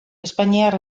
espainiar